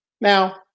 now